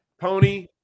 pony